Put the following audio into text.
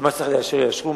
שמה שצריך לאשר יאשרו,